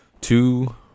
two